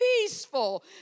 peaceful